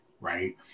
right